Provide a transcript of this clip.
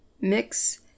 mix